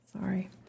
Sorry